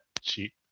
cheap